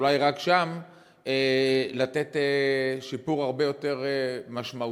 אולי רק שם לתת שיפור הרבה יותר משמעותי,